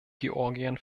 georgien